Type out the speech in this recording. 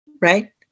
right